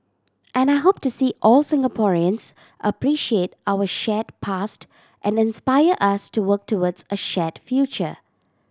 and I hope to see all Singaporeans appreciate our shared past and inspire us to work towards a shared future